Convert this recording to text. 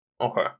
Okay